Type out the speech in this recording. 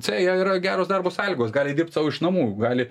c jau yra geros darbo sąlygos gali dirbt sau iš namų gali